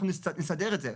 אנחנו נסדר את זה.